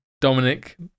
Dominic